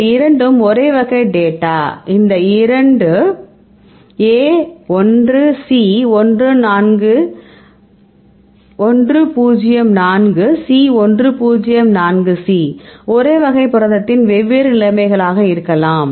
இந்த இரண்டும் ஒரேவகை டேட்டா இந்த இரண்டு A 1 C 104 C 104 C ஒரே வகை புரதத்தின் வெவ்வேறு நிலைமைகளாக இருக்கலாம்